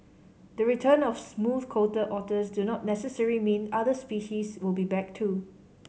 the return of smooth coated otters do not necessary mean other species will be back too